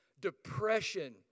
depression